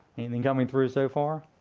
anything coming through so far?